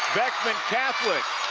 beckman catholic,